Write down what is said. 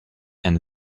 and